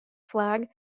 flag